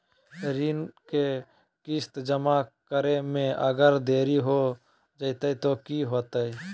ऋण के किस्त जमा करे में अगर देरी हो जैतै तो कि होतैय?